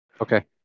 Okay